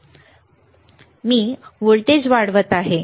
आपण बदल पाहू शकतो मी व्होल्टेज वाढवत आहे बरोबर